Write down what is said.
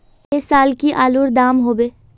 ऐ साल की आलूर र दाम होबे?